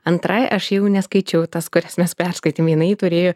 antrai aš jau neskaičiau tas kurias mes perskaitėm jinai turėjo